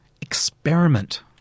experiment